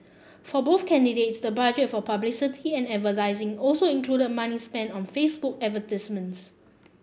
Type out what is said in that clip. for both candidates the budget for publicity and advertising also included money spent on Facebook advertisements